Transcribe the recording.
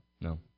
no